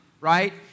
right